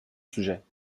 sujets